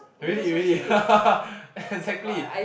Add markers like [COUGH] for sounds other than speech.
really really [LAUGHS] exactly